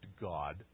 God